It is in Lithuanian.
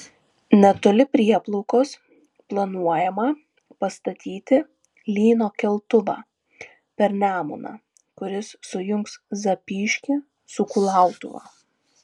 netoli prieplaukos planuojama pastatyti lyno keltuvą per nemuną kuris sujungs zapyškį su kulautuva